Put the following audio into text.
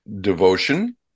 devotion